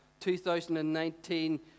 2019